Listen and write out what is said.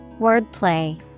Wordplay